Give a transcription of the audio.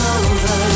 over